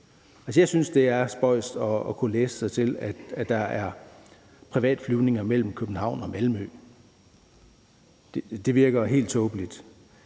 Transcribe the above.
Jeg synes, det er spøjst at kunne læse sig til, at der er privatflyvninger mellem København og Malmø. Det virker helt tåbeligt.